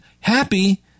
happy